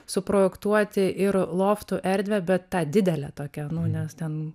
suprojektuoti ir loftų erdvę bet tą didelę tokią nu nes ten